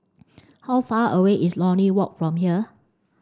how far away is Lornie Walk from here